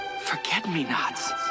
Forget-me-nots